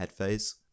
Headphase